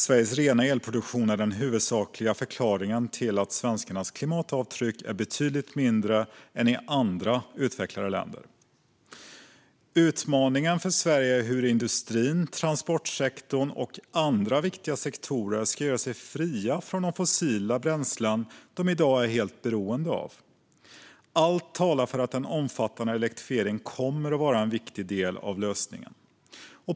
Sveriges rena elproduktion är den huvudsakliga förklaringen till att svenskarnas klimatavtryck är betydligt mindre än befolkningarnas i andra utvecklade länder. Utmaningen för Sverige är hur industrin, transportsektorn och andra viktiga sektorer ska göra sig fria från de fossila bränslen de i dag är helt beroende av. Allt talar för att en omfattande elektrifiering kommer att vara en viktig del av lösningen.